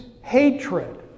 hatred